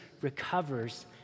recovers